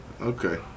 Okay